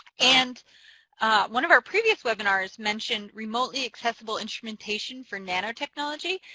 and one of our previous webinars mentioned remotely accessible instrumentation for nanotechnology.